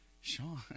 Sean